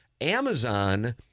Amazon